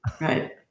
Right